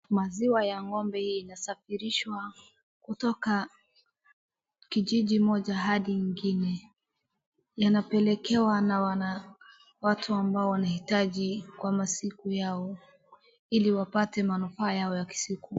Maziwa ya ng'ombe inasafirishwa kutoka kijiji moja hadi ingine. Yanapelekewa na wana, watu ambao wanahitaji kwa masiku yao, ili wapate manufaa yao ya kisiku.